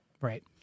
right